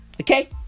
Okay